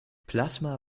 plasma